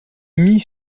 mis